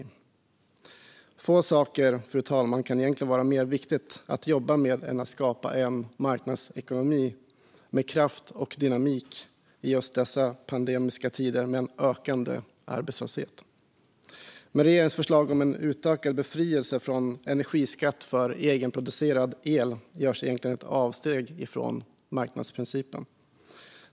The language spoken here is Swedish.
Utökad befrielse från energiskatt för egen-producerad el Få saker, fru talman, kan egentligen vara mer viktiga att jobba med än att skapa en marknadsekonomi med kraft och dynamik i just dessa pandemiska tider med en ökande arbetslöshet. Med regeringens förslag om en utökad befrielse från energiskatt för egenproducerad el görs egentligen ett avsteg från marknadsprincipen.